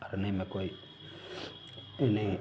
हारने में कोई ए नहीं है